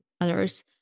others